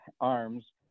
arms